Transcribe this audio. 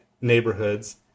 neighborhoods